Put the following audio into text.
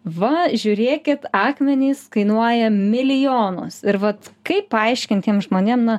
va žiūrėkit akmenys kainuoja milijonus ir vat kaip paaiškint tiem žmonėm na